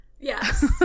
Yes